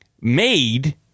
made